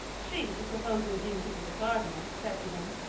she, supposing him to be the gardener, said to him,